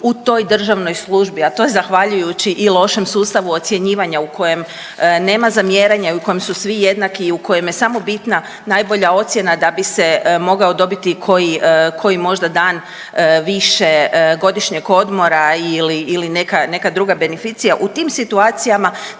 u toj državnoj službi, a to je zahvaljujući i lošem sustavu ocjenjivanja u kojem nema zamjeranja i u kojem su svi jednaki i u kojem je samo bitna najbolja ocjena da bi se mogao dobiti koji možda dan više godišnjeg odmora ili neka druga beneficija. U tim situacijama